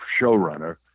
showrunner